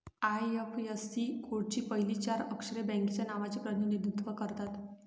IFSC कोडची पहिली चार अक्षरे बँकेच्या नावाचे प्रतिनिधित्व करतात